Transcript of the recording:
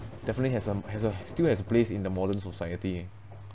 definitely has a has a still has a place in the modern society